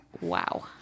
Wow